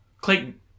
Clayton